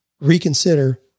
reconsider